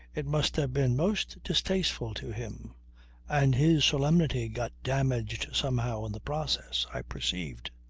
it must have been most distasteful to him and his solemnity got damaged somehow in the process, i perceived.